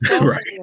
Right